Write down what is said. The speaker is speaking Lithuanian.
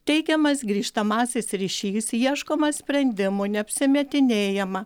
teikiamas grįžtamasis ryšys ieškoma sprendimų neapsimetinėjama